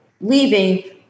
leaving